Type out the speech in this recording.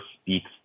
speaks